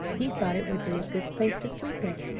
he thought it would be a good place to sleep in.